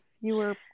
fewer